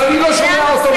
לאח שלי,